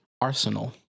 Arsenal